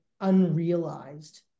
unrealized